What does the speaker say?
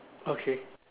okay